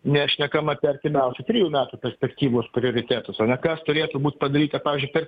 nešnekam apie artimiausių trijų metų perspektyvos prioritetus o ne kas turėtų būt padaryta pavyzdžiui per